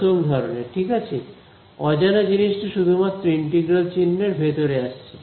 প্রথম ধরনের ঠিক আছে অজানা জিনিসটি শুধুমাত্র ইন্টিগ্রাল চিহ্ন এর ভেতরে আসছে